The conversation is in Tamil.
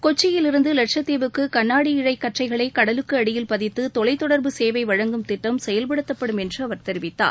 கொச்சியிலிருந்து வட்சத்தீவுக்கு கண்ணாடி இழை கற்றைகளை கடலுக்கு அடியில் பதித்து தொலைத்தொடர்பு சேவை வழங்கும் திட்டம் செயல்படுத்தப்படும் என்றும் அவர் தெரிவித்தார்